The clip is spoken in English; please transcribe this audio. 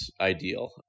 ideal